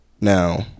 Now